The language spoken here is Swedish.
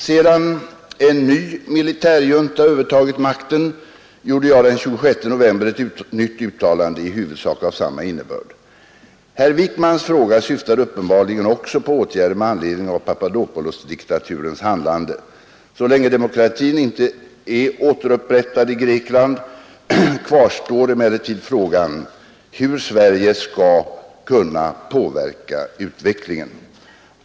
Sedan en ny militärjunta övertagit makten gjorde jag den 28 november ett nytt uttalande av i huvudsak samma innebörd. Herr Wijkmans fråga syftade uppenbarligen också på åtgärder med anledning av Papadopoulos-diktaturens handlande. Så länge demokratin inte är återupprättad i Grekland kvarstår emellertid frågan hur Sverige skall kunna påverka utvecklingen.